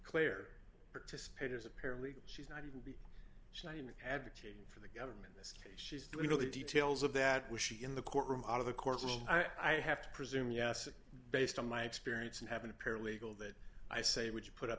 clare participated as a paralegal she's not shine with advocating for the government this case she's doing really details of that was she in the courtroom out of the courtroom i have to presume yes based on my experience and having a paralegal that i say would you put up